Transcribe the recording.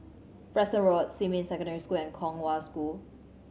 Preston Road Xinmin Secondary School and Kong Hwa School